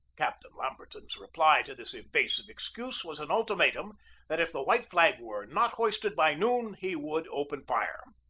captain lamberton's reply to this evasive excuse was an ultimatum that if the white flag were not hoisted by noon he would open fire.